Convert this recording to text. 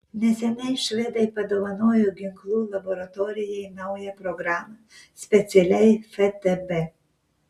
neseniai švedai padovanojo ginklų laboratorijai naują programą specialiai ftb